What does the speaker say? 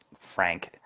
Frank